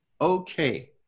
Okay